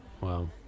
Wow